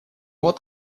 вот